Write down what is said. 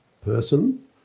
person